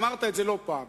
אמרת את זה לא פעם.